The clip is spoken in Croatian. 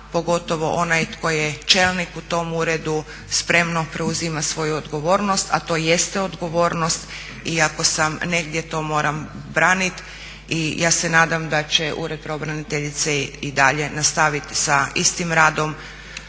pogotovo onaj tko je čelnik u tom uredu spremno preuzima svoju odgovornost, a to jeste odgovornost iako negdje moram to branit i ja se nadam da će ured pravobraniteljice i dalje nastavit sa istim radom,